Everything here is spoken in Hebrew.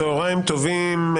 צוהריים טובים,